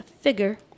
figure